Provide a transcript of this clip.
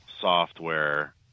software